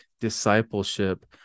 discipleship